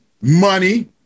money